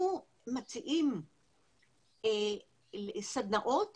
אנחנו מציעים סדנאות